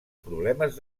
problemes